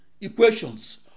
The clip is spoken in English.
equations